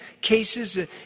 cases